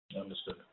Understood